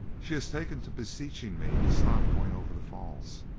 she has taken to beseeching me to stop going over the falls.